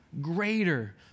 greater